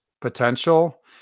potential